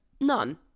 none